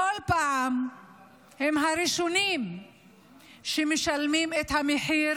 בכל פעם הם הראשונים שמשלמים את המחיר